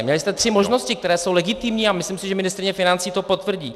Měli jste tři možnosti, které jsou legitimní, a myslím si, že ministryně financí to potvrdí.